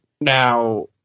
Now